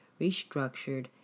restructured